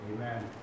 Amen